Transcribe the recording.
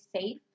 safe